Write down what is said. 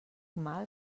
mal